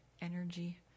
energy